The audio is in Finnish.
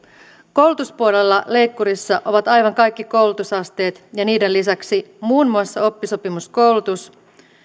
koulutuspuolella leikkurissa ovat aivan kaikki koulutusasteet ja niiden lisäksi muun muassa oppisopimuskoulutus